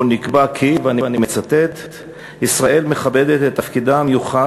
שבו נקבע כי "ישראל מכבדת את תפקידה המיוחד